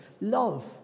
Love